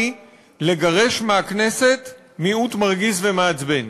לגרש מהכנסת מיעוט מרגיז ומעצבן.